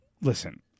Listen